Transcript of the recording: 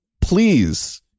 please